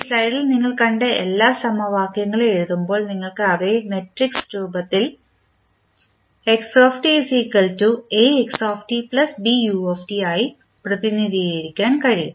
ഈ സ്ലൈഡിൽ നിങ്ങൾ കണ്ട എല്ലാ സമവാക്യങ്ങളും എഴുതുമ്പോൾ നിങ്ങൾക്ക് അവയെ മാട്രിക്സ് രൂപത്തിൽ xt Axt Bu ആയി പ്രതിനിധീകരിക്കാൻ കഴിയും